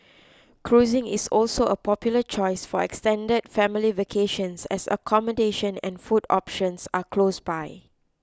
cruising is also a popular choice for extended family vacations as accommodation and food options are close by